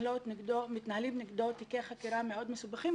ומתנהלים נגדו תיקי חקירה מאוד מסובכים,